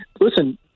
listen